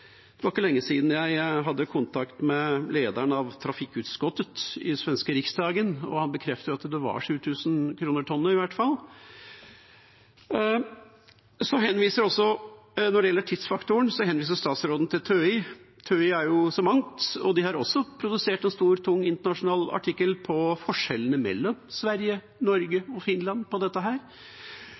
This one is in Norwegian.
Det er ikke lenge siden jeg hadde kontakt med lederen av trafikutskottet i svenske Riksdagen, og han bekreftet i hvert fall at det var 7 000 kr tonnet. Når det gjelder tidsfaktoren, henviser statsråden til TØI. TØI er jo så mangt, og de har også produsert en stor, tung internasjonal artikkel om forskjellene mellom Sverige, Norge og Finland på dette.